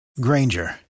Granger